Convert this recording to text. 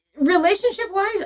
Relationship-wise